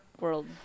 World